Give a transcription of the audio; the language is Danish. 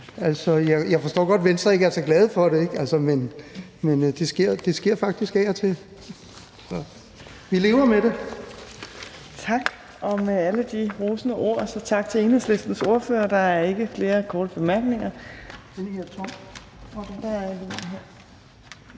Altså, jeg forstår godt, at Venstre ikke er så glade for det, men det sker faktisk af og til. Så vi lever med det. Kl. 15:21 Fjerde næstformand (Trine Torp): Tak, og med alle de rosende ord også tak til Enhedslistens ordfører. Der er ikke flere korte bemærkninger.